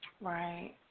Right